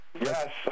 Yes